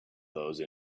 those